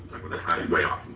going to hide way off